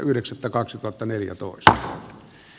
yleisölehteriltä huudettiin